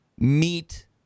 Meet